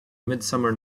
midsummer